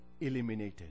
eliminated